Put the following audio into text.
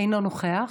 אינו נוכח,